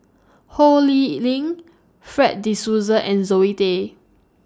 Ho Lee Ling Fred De Souza and Zoe Tay